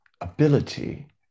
ability